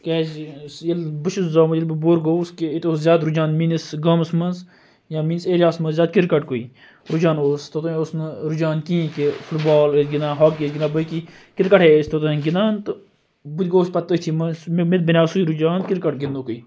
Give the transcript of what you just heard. کیازِ ییٚلہِ بہٕ چھُس زامُت ییٚلہِ بہٕ بوٚڑ گوٚوُس ییٚتہِ اوس زیادٕ رُجان مٲنِس گامَس مَنٛذ یا میٲنِس ایریاہَس مَنٛز زیادٕ کَرکَٹ کُے رُجان اوس توٚتانۍ اوس نہٕ رُجان کِہیٖنۍ کہِ فُٹ بال ٲسۍ گِنٛدان ہاکی ٲسۍ گِنٛدان باقٕے کِرکَٹے ٲسۍ توٚتانۍ گِنٛدان تہٕ بہٕ تہِ گوٚوُس پَتہٕ تٔتھی مَنٛز مے تہِ بَنیو سُے رُجان کِرکَٹ گِنٛدنکُے